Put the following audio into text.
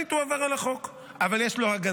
טכנית הוא עבר על החוק, אבל יש לו הגנה.